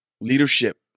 Leadership